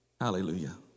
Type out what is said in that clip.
Hallelujah